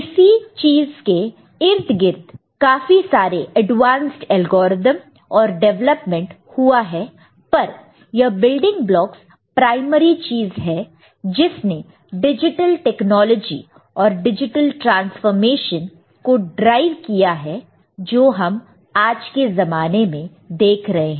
इसी चीज के इर्द गिर्द काफी सारे एडवांसड एल्गोरिदम और डेवलपमेंट हुआ है पर यह बिल्डिंग ब्लॉक्स प्राइमरी चीज है जिसने डिजिटल टेक्नोलॉजी और डिजिटल ट्रांसफॉरमेशन को ड्राइव किया है जो हम आज के जमाने में देख रहे हैं